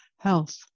health